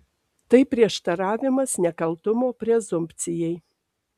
tai prieštaravimas nekaltumo prezumpcijai